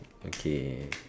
okay